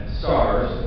stars